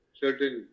certain